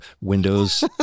windows